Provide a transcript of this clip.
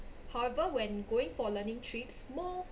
however when going for learning trips more